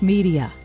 Media